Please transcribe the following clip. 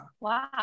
wow